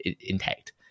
intact